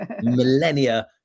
millennia